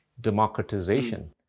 democratization